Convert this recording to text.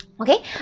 Okay